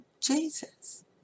Jesus